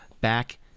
back